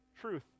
truth